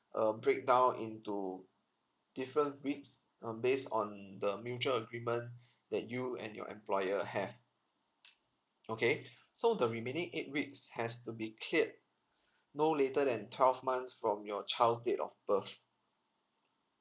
uh breakdown into different weeks um based on the mutual agreement that you and your employer have okay so the remaining eight weeks has to be cleared no later than twelve months from your child's date of birth